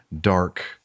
dark